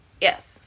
Yes